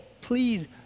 Please